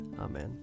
Amen